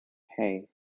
hey